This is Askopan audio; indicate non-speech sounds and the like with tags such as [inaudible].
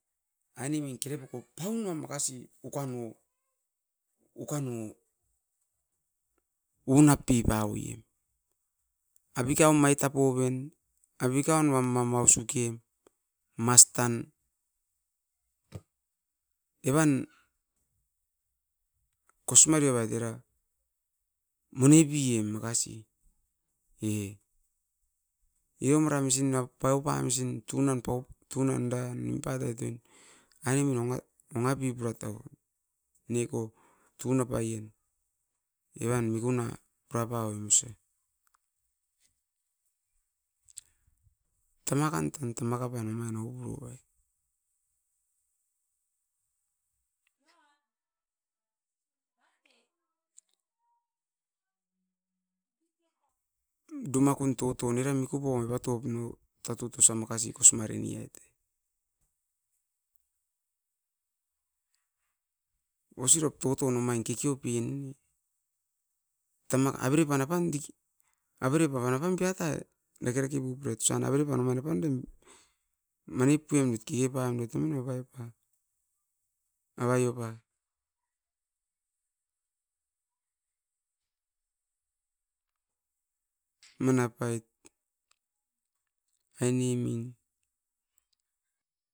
Ainemin kerepoko paunuam makasi ukan oh unapipavoiem apikaun maitapoven apikaun wam mama aus sukem mastan evan kosimareovait era monepiem makasi eh. iromara misin paupamisin tunan paut tuna eran nimpatait oin ainemi dongapipuratou nieko tunapaien evan mikuna purapavoi osia tamakan tan tamakapai oupoai. [noise] Domakun toton era mikupoip evatop no tatu osia makasi kosimarenevait osirop totom omain kekeopen ne tamaka averepan apan diki averepan apan biatai dakerake pupirait osian averepan omain apandam manipuemdoit kepamdoita oino apaipauie avaiopa manap oit aniemin